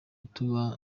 tuba